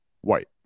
white